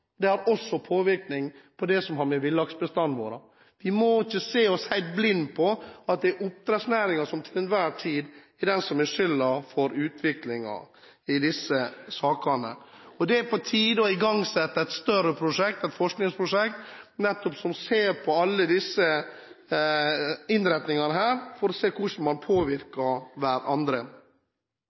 Dette påvirker også det som har med villaksbestanden vår å gjøre. Vi må ikke se oss helt blinde på at det er oppdrettsnæringen som til enhver tid er den som har skylden for utviklingen i disse sakene. Det er på tide å igangsette et større forskningsprosjekt, der man nettopp ser på alle disse innretningene for å se hvordan man påvirker hverandre.